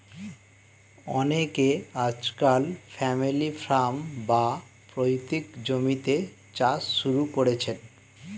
অনেকে আজকাল family farm, বা পৈতৃক জমিতে চাষ শুরু করেছেন